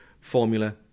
formula